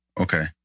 Okay